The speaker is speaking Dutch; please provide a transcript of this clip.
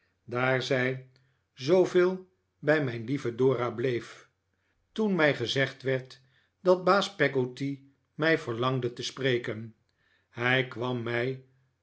daar zij zooveel bij mijn lieve dora bleef toen mij gezegd werd dat baas peggotty mij verlangde te spreken hij kwam mij